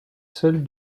celle